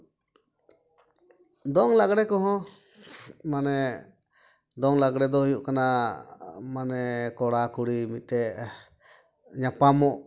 ᱫᱚᱝ ᱞᱟᱜᱽᱬᱮ ᱠᱚᱦᱚᱸ ᱢᱟᱱᱮ ᱫᱚᱝ ᱞᱟᱜᱽᱬᱮ ᱫᱚ ᱦᱩᱭᱩᱜ ᱠᱟᱱᱟ ᱢᱟᱱᱮ ᱠᱚᱲᱟᱼᱠᱩᱲᱤ ᱢᱤᱫᱴᱷᱮᱱ ᱧᱟᱯᱟᱢᱚᱜ